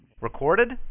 Recorded